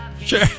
Sure